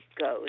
goes